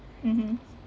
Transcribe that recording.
mmhmm